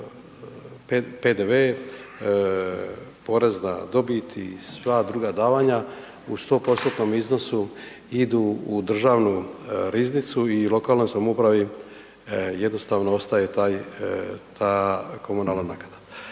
PDV, porez na dobit i sva druga davanja u 100%-tnom iznosu idu u državnu riznicu i lokalnoj samoupravi jednostavno ostaje taj, ta komunalna naknada.